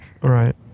Right